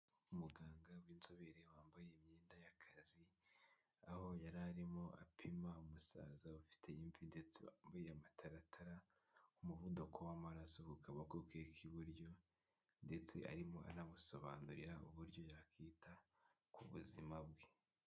Umuganga w'inzobere wambaye imyenda y'akazi, aho yari arimo apima umusaza ufite imvi, ndetse wambaye amataratara umuvuduko w'amaraso ku kaboko ke k'iburyo, ndetse arimo anamusobanurira uburyo yakwita ku buzima bwe.